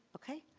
okay.